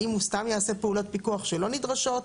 האם הוא סתם יעשה פעולות פיקוח שלא נדרשות?